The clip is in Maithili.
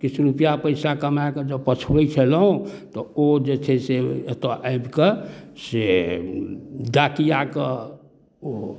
किछु रुपैआ पइसाके कमाकऽ जँ पठबै छलहुँ तऽ ओ जे छै से एतऽ आबिकऽ से डाकिआके ओ